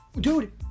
Dude